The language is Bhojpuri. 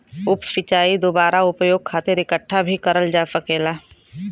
उप सिंचाई दुबारा उपयोग खातिर इकठ्ठा भी करल जा सकेला